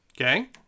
Okay